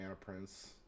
Prince